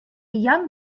young